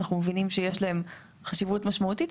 אנחנו מבינים שיש להם חשיבות משמעותית.